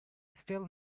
still